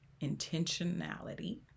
Intentionality